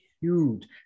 huge